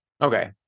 Okay